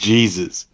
Jesus